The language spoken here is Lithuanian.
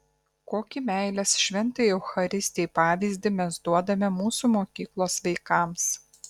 kokį meilės šventajai eucharistijai pavyzdį mes duodame mūsų mokyklos vaikams